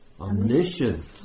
Omniscient